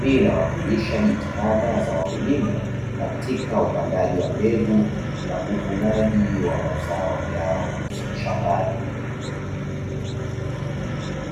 Hii inawakilisha jitihada za wakulima katika upandaji wa mbegu na uvunaji wa mazao yao shambani.